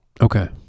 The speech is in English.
Okay